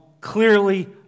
clearly